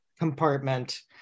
compartment